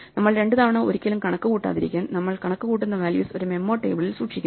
നമ്മൾ രണ്ടു തവണ ഒരിക്കലും കണക്കുകൂട്ടാതിരിക്കാൻ നമ്മൾ കണക്കുകൂട്ടുന്ന വാല്യൂസ് ഒരു മെമ്മോ ടേബിളിൽ സൂക്ഷിക്കുന്നു